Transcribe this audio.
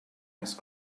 ice